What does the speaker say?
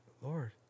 lord